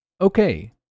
Okay